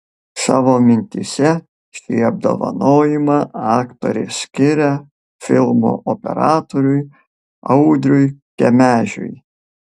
savo mintyse šį apdovanojimą aktorė skiria filmo operatoriui audriui kemežiui